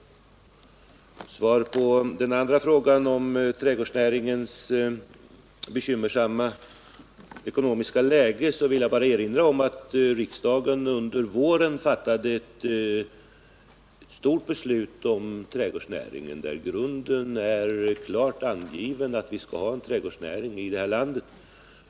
Som svar på den första frågan om trädgårdsnäringens bekymmersamma ekonomiska läge vill jag erinra om att riksdagen under våren fattade ett viktigt beslut om denna näring. Grunden är där klart angiven: Vi skall ha en trädgårdsnäring i detta land.